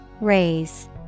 Raise